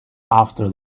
after